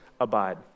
abide